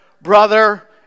brother